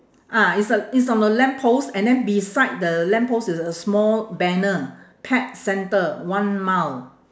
ah it's a it's on the lamp post and then beside the lamp post is a small banner pet centre one mile